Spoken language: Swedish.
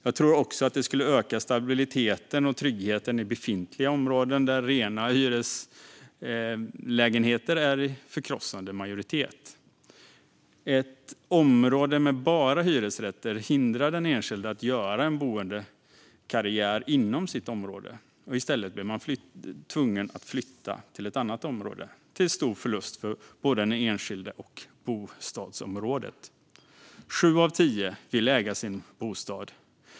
Jag tror också att det skulle öka stabiliteten och tryggheten i befintliga områden där rena hyreslägenheter är i förkrossande majoritet. Ett område med bara hyresrätter hindrar den enskilde att göra en boendekarriär inom sitt område. I stället blir man tvungen att flytta till ett annat område, till stor förlust för både den enskilde och bostadsområdet. Sju av tio vill äga sin bostad.